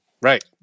Right